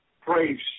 Praise